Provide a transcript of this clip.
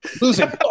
Losing